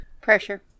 Pressure